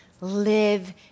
live